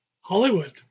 Hollywood